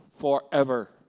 forever